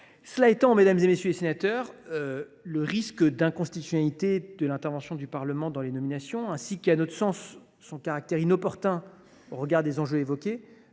autant, mesdames, messieurs les sénateurs, le risque d’inconstitutionnalité de l’intervention du Parlement dans les nominations, ainsi que son caractère inopportun, à notre sens, au regard des enjeux évoqués,